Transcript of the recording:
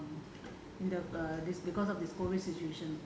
இந்த:intha